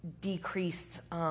decreased